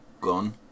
Gone